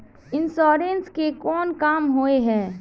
Insurance के कोन काम होय है?